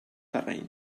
terreny